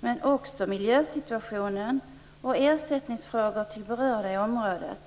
men också på miljösituationen och på frågan om ersättning till de berörda i området.